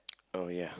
oh ya